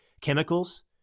chemicals